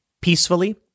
peacefully